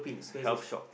health shock